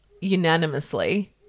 unanimously